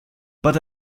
but